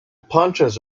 punches